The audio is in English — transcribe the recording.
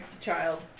child